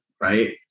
right